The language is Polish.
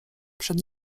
przed